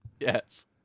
Yes